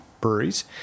breweries